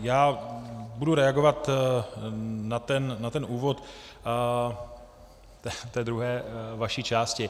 Já budu reagovat na ten úvod té druhé vaší části.